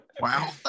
Wow